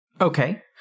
Okay